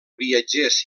viatgers